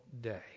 day